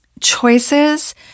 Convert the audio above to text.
choices